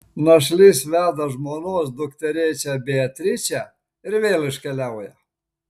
našlys veda žmonos dukterėčią beatričę ir vėl iškeliauja